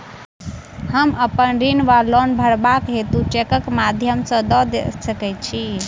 हम अप्पन ऋण वा लोन भरबाक हेतु चेकक माध्यम सँ दऽ सकै छी?